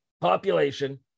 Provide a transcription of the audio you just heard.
population